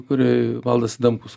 kurioj valdas adamkus